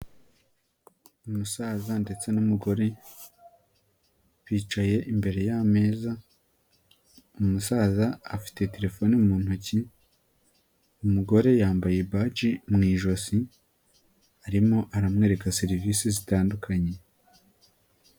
Umusaza ndetse n'umugore bicaye imbere yameza umusaza afite terefone mu ntoki, umugore yambaye baji mu ijosi arimo aramwereka serivisi zitandukanye.